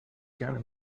gerne